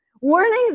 Warnings